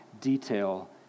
detail